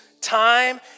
time